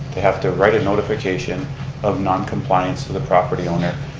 they have to write a notification of noncompliance to the property owner.